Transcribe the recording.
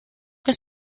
que